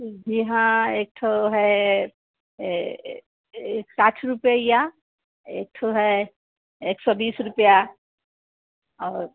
जी हाँ एक ठो है एक साठ रुपइया एक ठो है एक सौ बीस रुपया और